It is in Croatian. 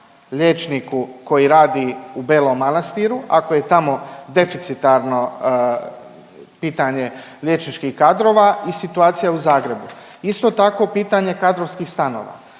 liječniku koji radi u Belom Manastiru ako je tamo deficitarno pitanje liječničkih kadrova i situacija u Zagrebu. Isto tako pitanje kadrovskih stanova,